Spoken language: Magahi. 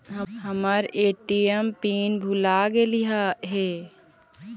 हमर ए.टी.एम पिन भूला गेली हे, तो का करि?